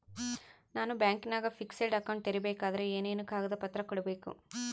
ನಾನು ಬ್ಯಾಂಕಿನಾಗ fixed account ತೆರಿಬೇಕಾದರೆ ಏನೇನು ಕಾಗದ ಪತ್ರ ಕೊಡ್ಬೇಕು?